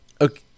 okay